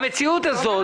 המציאות הזאת,